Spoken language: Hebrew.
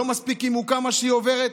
לה מספיק היא מוכה, מה שהיא עוברת?